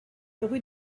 rue